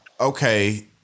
okay